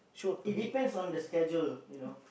it depends on the schedule you know